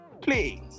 please